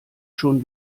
schon